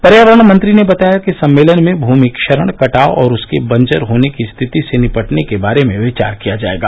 पर्यावरण मंत्री ने बताया कि सम्मेलन में भूमि क्षरण कटाव और उसके बंजर होने की स्थिति से निपटने के बारे में विचार किया जायेगा